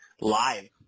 live